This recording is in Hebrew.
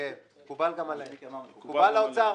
מקובל על האוצר?